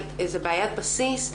אבל זו בעיית בסיס,